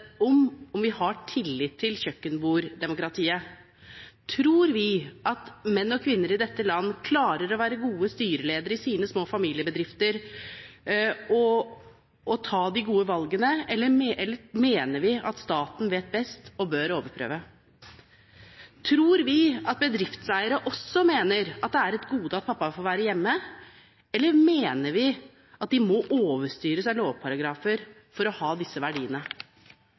om hvorvidt vi har tillit til kjøkkenbord-demokratiet: Tror vi at menn og kvinner i dette land klarer å være gode styreledere i sine små familiebedrifter og ta de gode valgene, eller mener vi at staten vet best og bør overprøve? Tror vi at bedriftseiere også mener at det er et gode at pappa får være hjemme, eller mener vi at de må overstyres av lovparagrafer for å ha disse verdiene?